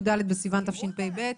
י"ד בסיון תשפ"ב,